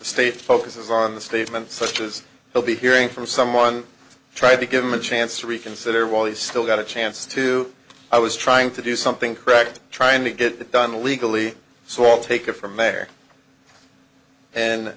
state focuses on the statement such as we'll be hearing from someone try to give him a chance to reconsider while he's still got a chance to i was trying to do something correct trying to get it done legally so i'll take it from there